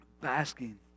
basking